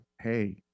Hey